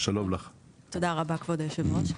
תודה רבה כבוד היו"ר.